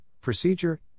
procedure